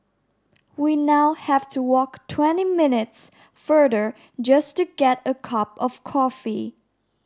we now have to walk twenty minutes further just to get a cup of coffee